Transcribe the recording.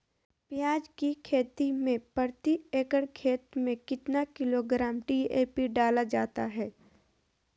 प्याज की खेती में प्रति एकड़ खेत में कितना किलोग्राम डी.ए.पी डाला जाता है?